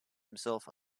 himself